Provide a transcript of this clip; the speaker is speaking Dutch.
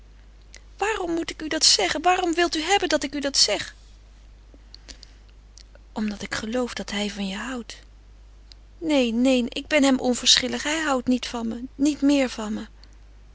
waarom moet ik u dat zeggen waarom wil u hebben dat ik u dat zeg omdat ik geloof dat hij van je houdt neen neen ik ben hem onverschillig hij houdt niet van me niet meer van me